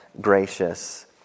gracious